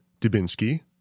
Dubinsky